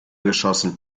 geschossen